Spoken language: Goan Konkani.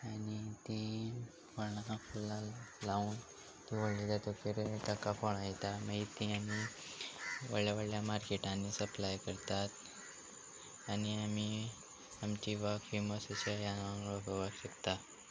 आनी तीं फळां फुलां लावन तीं व्हडलीं जातकीर तेका फळां येता मागीर तीं आनी व्हडल्या व्हडल्या मार्केटांनी सप्लाय करतात आनी आमी आमची बाग फेमस अशें ह्या शकता